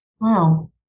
Wow